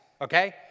okay